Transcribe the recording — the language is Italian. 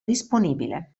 disponibile